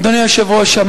אדוני היושב-ראש,